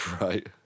Right